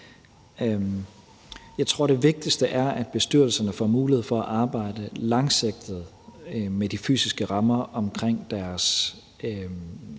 Jeg tror, det vigtigste er, at bestyrelserne får mulighed for at arbejde langsigtet med de fysiske rammer omkring deres